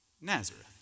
Nazareth